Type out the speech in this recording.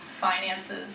finances